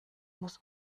muss